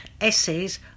essays